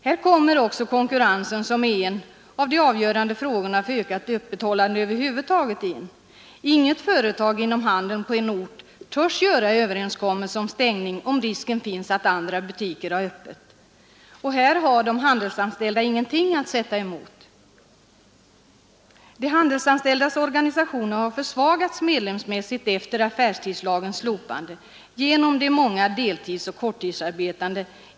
Här kommer också konkurrensen, som är en av de avgörande frågorna för ökat öppethållande över huvud taget, in i bilden. Inget företag inom handeln på en ort törs göra en överenskommelse om stängning, om risk finns att andra butiker har öppet. Här har de handelsanställda ingenting att sätta emot. De handelsanställdas organisationer har försvagats medlemsmässigt efter affärstidslagens slopande genom de många deltidsoch korttidsarbetande.